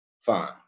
Fine